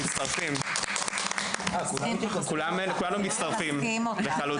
כולנו מצטרפים לתמיכה.